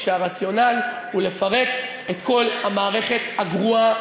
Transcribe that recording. כשהרציונל הוא לפרק את כל המערכת הגרועה,